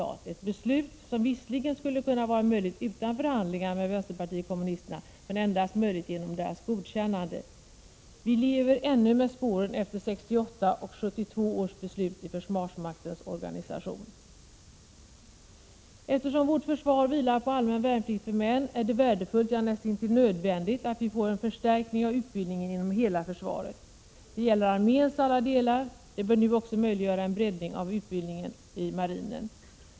1986/87:133 ett beslut som visserligen kunde ha varit möjligt utan förhandlingar med vpk, 1 juni 1987 men endast möjligt genom deras godkännande. Vi lever ännu med såren efter 1968 och 1972 års beslut i försvarsmaktens organisation. Eftersom vårt försvar vilar på allmän värnplikt för män är det värdefullt, ja näst intill nödvändigt, att vi får en förstärkning av utbildningen inom hela försvaret. Det gäller arméns alla delar. Det bör nu också möjliggöra en breddning av utbildningen i marinen.